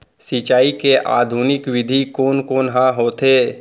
सिंचाई के आधुनिक विधि कोन कोन ह होथे?